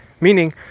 meaning